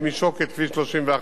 כל היישובים שבדרך,